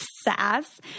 sass